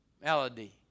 Melody